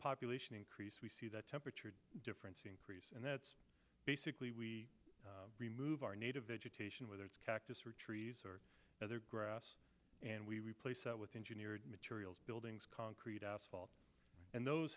popular increase we see the temperature difference increase and that's basically we remove our native vegetation whether it's cactus or trees or other grass and we replace that with engineered materials buildings concrete asphalt and those